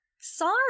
sorry